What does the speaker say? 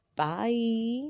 Bye